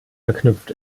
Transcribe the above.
verknüpft